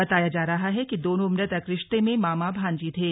बताया जा रहा है कि दोनों मृतक रिश्ते में मामा भांजी थे